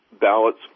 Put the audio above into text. ballots